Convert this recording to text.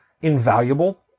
invaluable